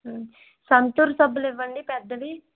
సంతూర్ సబ్బులు ఇవ్వండి పెద్దవి